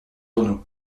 tonneaux